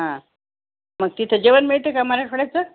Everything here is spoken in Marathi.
हा मग तिथं जेवण मिळते का मला थोडंसं